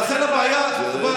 לכן הבעיה כבר,